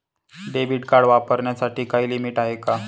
Debit card वापरण्यासाठी काही limit आहे का?